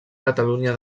catalunya